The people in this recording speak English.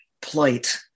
plight